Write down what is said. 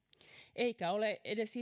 eikä ole itsestäänselvyys edes